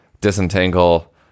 disentangle